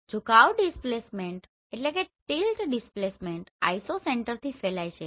ઝુકાવ ડિસ્પ્લેસમેન્ટ આઇસોસેંટરથી ફેલાય છે